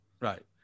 Right